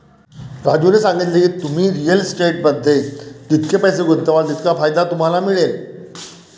राजूने सांगितले की, तुम्ही रिअल इस्टेटमध्ये जितके पैसे गुंतवाल तितका फायदा तुम्हाला मिळेल